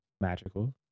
magical